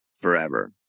forever